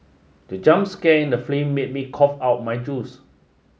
the jump scare in the made me cough out my juice